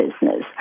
business